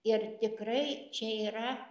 ir tikrai čia yra